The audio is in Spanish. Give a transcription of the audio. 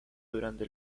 durante